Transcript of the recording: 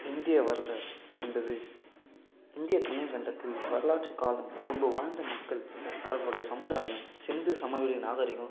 இந்திய வரலாறு என்பது இந்திய துணைக்கண்டத்தில் வரலாற்றுக்காலம் முன்பு வாழ்ந்த மக்கள் அவர்களோடய சமுதாயம் சிந்து சமவெளி நாகரிகம்